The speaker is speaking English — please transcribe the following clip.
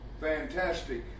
fantastic